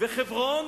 וחברון